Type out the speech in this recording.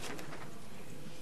תודה.